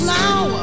now